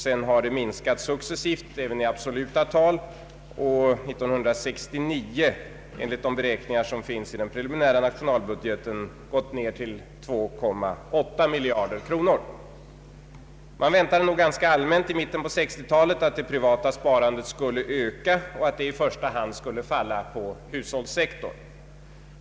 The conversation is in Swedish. Sedan har det minskat successivt även i absoluta tal och har 1969 — enligt de beräkningar som finns i den preliminära nationalbudgeten — gått ned till 2,8 Man väntade nog ganska allmänt i mitten på 1960-talet att det privata sparandet skulle öka och att ökningen i första hand skulle falla på hushållssektorn.